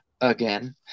again